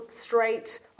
straight